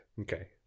Okay